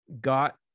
got